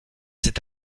c’est